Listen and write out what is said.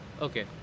Okay